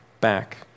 back